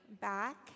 back